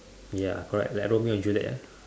ya correct like romeo and juliet yeah